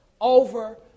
over